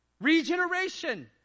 Regeneration